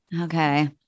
Okay